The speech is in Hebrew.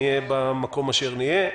נהיה במקום אשר נהיה.